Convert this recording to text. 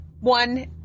one